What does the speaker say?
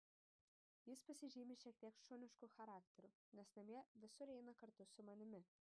jis pasižymi šiek tiek šunišku charakteriu nes namie visur eina kartu su manimi